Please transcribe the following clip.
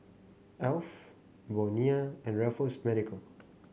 Alf Bonia and Raffles Medical